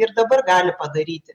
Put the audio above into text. ir dabar gali padaryti